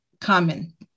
common